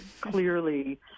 clearly